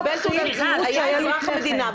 קיבל תעודת זהות, הוא אזרח המדינה.